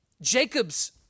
Jacob's